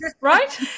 right